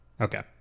Okay